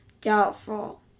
doubtful